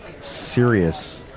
serious